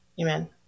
Amen